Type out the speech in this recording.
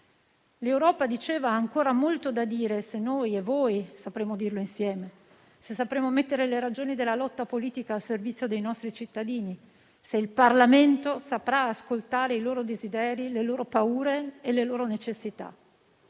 L'Europa - diceva - ha ancora molto da dire se noi e voi sapremo dirlo insieme, se sapremo mettere le ragioni della lotta politica al servizio dei nostri cittadini, se il Parlamento saprà ascoltare i loro desideri, le loro paure e le loro necessità.